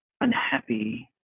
unhappy